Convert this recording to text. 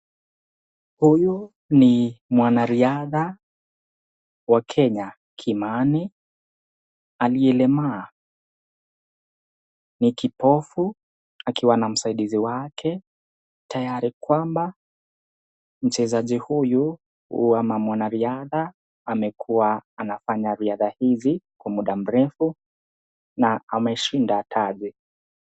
Huyo ni mwanariadha wa Kenya, Kimani, aliyelemaa, ni kipofu akiwa na msaidizi wake tayari kwamba mchezaji huyu huwa mwanariadha amekuwa anafanya riadha hizi kwa muda mrefu na ameshinda taji.